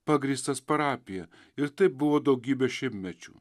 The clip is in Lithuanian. pagrįstas parapija ir taip buvo daugybę šimtmečių